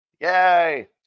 Yay